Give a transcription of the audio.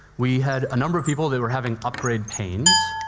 we had a number of people that were having upgrade pains.